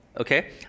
okay